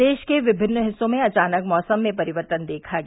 प्रदेश के विभिन्न हिस्सों में अचानक मौसम में परिवर्तन देखा गया